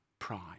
Pride